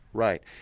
right,